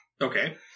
Okay